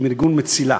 עם ארגון מציל"ה,